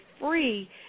free